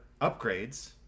upgrades